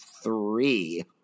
Three